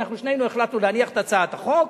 ושנינו החלטנו להניח את הצעת החוק.